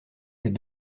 ses